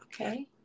okay